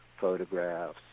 photographs